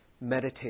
Meditate